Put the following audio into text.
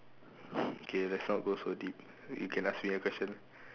okay let's not go so deep you can ask me a question